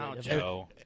Joe